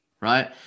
right